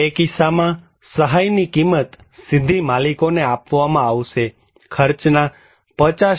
તે કિસ્સામાંસહાયની કિંમત સીધી માલિકોને આપવામાં આવશે ખર્ચના 50